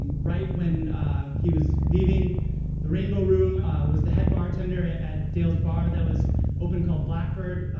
right when he was leaving the rainbow room was the head bartender at at dale's bar that was opened called blackbird.